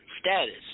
status